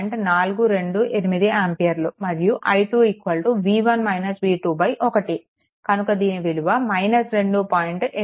428 ఆంపియర్లు మరియు i2 1 కనుక దీని విలువ 2